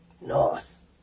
North